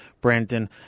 Brandon